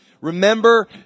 remember